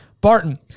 Barton